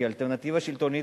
כי אלטרנטיבה שלטונית,